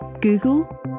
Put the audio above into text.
google